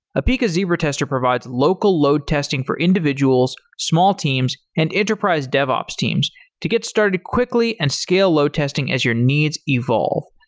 apica zebra tester provides local load testing for individuals, small teams, and enterprise devops teams to get started quickly and scale load testing as your needs evolve.